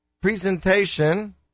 presentation